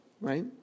right